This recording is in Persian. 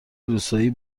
روستایی